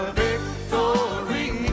victory